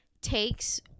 takes